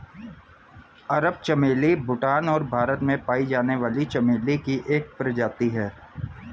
अरब चमेली भूटान और भारत में पाई जाने वाली चमेली की एक प्रजाति है